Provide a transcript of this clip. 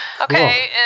Okay